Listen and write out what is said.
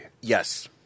Yes